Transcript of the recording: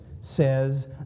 says